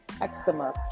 eczema